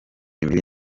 imbibi